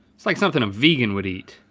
it's like something a vegan would eat.